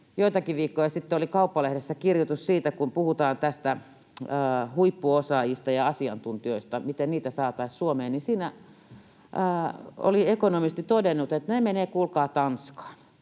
joitakin viikkoja sitten oli Kauppalehdessä kirjoitus siitä, kun puhutaan näistä huippuosaajista ja asiantuntijoista, että miten heitä saataisiin Suomeen. Siinä oli ekonomisti todennut, että he menevät, kuulkaa, Tanskaan,